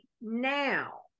now